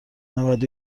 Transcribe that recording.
نود